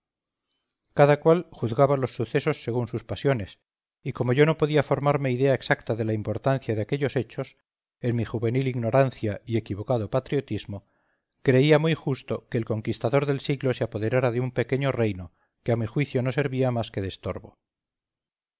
cual juzgaba los sucesos según sus pasiones y como yo no podía formarme idea exacta de la importancia de aquellos hechos en mi juvenil ignorancia y equivocado patriotismo creía muy justo que el conquistador del siglo se apoderara de un pequeño reino que a mi juicio no servía más que de estorbo